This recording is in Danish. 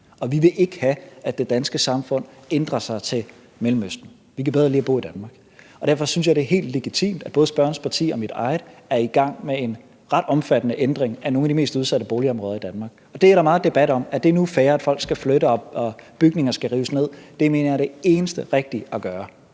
vi vil ikke have, at det danske samfund ændrer sig til Mellemøsten; vi kan bedre lide at bo i Danmark. Derfor synes jeg, det er helt legitimt, at både spørgerens parti og mit eget er i gang med en ret omfattende ændring af nogle af de mest udsatte boligområder i Danmark. Det er der meget debat om: Er det nu fair, at folk skal flytte og bygninger skal rives ned? Det mener jeg er det eneste rigtige at gøre,